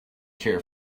care